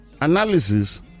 analysis